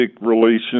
relations